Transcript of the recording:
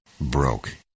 broke